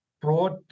broad